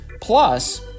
Plus